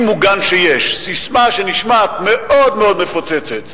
מוגן שיש" ססמה שנשמעת מאוד מאוד מפוצצת?